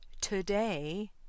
Today